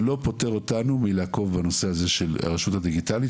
זה לא פוטר אותנו מהנושא של הרשות הדיגיטלית,